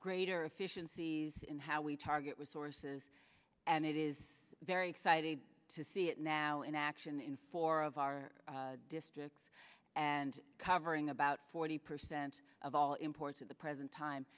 greater efficiencies in how we target was sources and it is very exciting to see it now in action in four of our districts and covering about forty percent of all imports at the present time